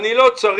אני לא צריך